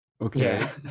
Okay